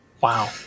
Wow